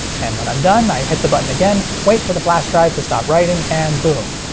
and when i'm done, i hit the button again, wait for the flash drive to stop writing, and boom.